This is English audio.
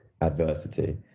adversity